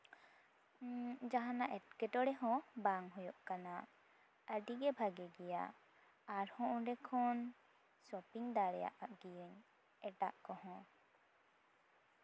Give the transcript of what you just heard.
ᱡᱟᱦᱟᱱᱟᱜ ᱮᱴᱠᱮᱴᱚᱲᱮ ᱦᱚᱸ ᱵᱟᱝ ᱦᱩᱭᱩᱜ ᱠᱟᱱᱟ ᱟᱹᱰᱤᱜᱮ ᱵᱷᱟᱜᱮ ᱜᱮᱭᱟ ᱟᱨᱦᱚᱸ ᱚᱸᱰᱮ ᱠᱷᱚᱱ ᱥᱚᱯᱤᱝ ᱫᱟᱲᱮᱭᱟᱜ ᱜᱤᱭᱟᱹᱧ ᱮᱴᱟᱜ ᱠᱚᱦᱚᱸ